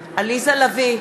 לביא,